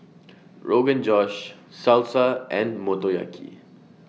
Rogan Josh Salsa and Motoyaki